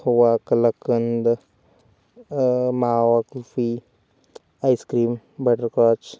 खवा kalakand mawa kulfi ice cream butterscotch